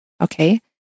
okay